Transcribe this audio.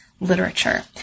literature